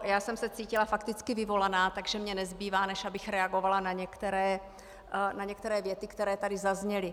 Já jsem se cítila fakticky vyvolaná, takže mně nezbývá, než abych reagovala na některé věty, které tady zazněly.